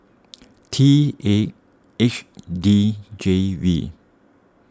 T eight H D J V